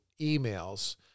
emails